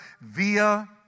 via